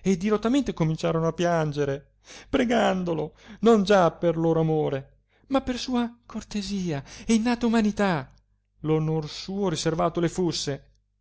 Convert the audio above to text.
e dirottamente cominciorono a piangere pregandolo non già per loro amore ma per sua cortesia e innata umanità onor suo riservato le fusse